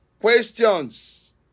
Questions